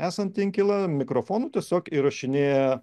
esant inkile mikrofonu tiesiog įrašinėja